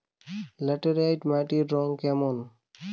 Laterite মাটির রং কেমন?